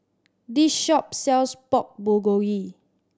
this shop sells Pork Bulgogi